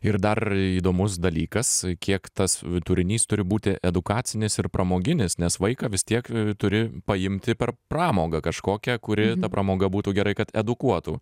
ir dar įdomus dalykas kiek tas turinys turi būti edukacinis ir pramoginis nes vaiką vis tiek turi paimti per pramogą kažkokią kuri pramoga būtų gerai kad edukuotų